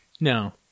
No